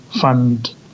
fund